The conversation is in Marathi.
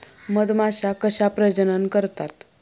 मधमाश्या कशा प्रजनन करतात?